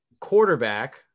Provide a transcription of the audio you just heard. quarterback